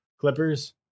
Clippers